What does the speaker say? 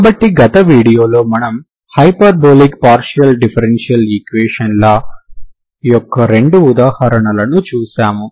కాబట్టి గత వీడియోలో మనము హైపర్బోలిక్ పార్షియల్ డిఫరెన్షియల్ ఈక్వేషన్ ల యొక్క రెండు ఉదాహరణలను చూశాము